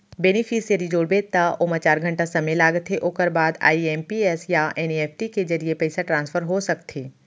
beneficiary जोड़बे त ओमा चार घंटा समे लागथे ओकर बाद आइ.एम.पी.एस या एन.इ.एफ.टी के जरिए पइसा ट्रांसफर हो सकथे